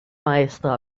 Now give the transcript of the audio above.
maestra